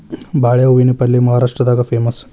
ಬಾಳೆ ಹೂವಿನ ಪಲ್ಯೆ ಮಹಾರಾಷ್ಟ್ರದಾಗ ಪೇಮಸ್